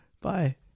Bye